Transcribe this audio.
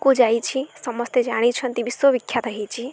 କୁ ଯାଇଛି ସମସ୍ତେ ଜାଣିଛନ୍ତି ବିଶ୍ୱଵବଖ୍ୟାତ ହୋଇଛି